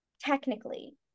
technically